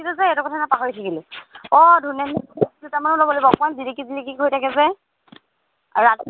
কিন্তু যে এইটো কথা মই পাহৰি থাকিলো অঁ ধুনীয়া ধুনীয়া দুটামানো ল'ব লাগিব অকণমান জিলকি জিলকি কৰি থাকে যে ৰা